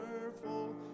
wonderful